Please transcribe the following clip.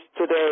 today